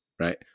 right